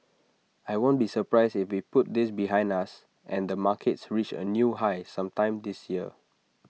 I won't be surprised if we put this behind us and the markets reach A new high sometime this year